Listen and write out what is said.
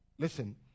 Listen